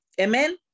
amen